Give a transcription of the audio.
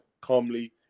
calmly